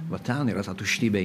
va ten yra ta tuštybė